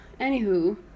anywho